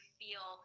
feel